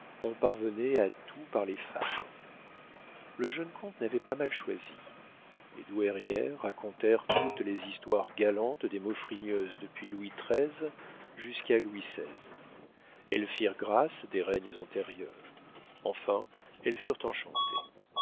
on parvenait à tout par les femmes le jeune comte n'avait pas mal choisi les douairières racontèrent toutes les histoires galantes des maufrigneuse depuis louis xiii jusqu'à louis xvi elles firent grâce des règnes antérieurs enfin elles furent enchantées